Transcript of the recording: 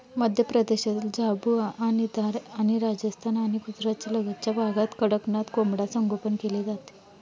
मध्य प्रदेशातील झाबुआ आणि धार आणि राजस्थान आणि गुजरातच्या लगतच्या भागात कडकनाथ कोंबडा संगोपन केले जाते